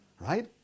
right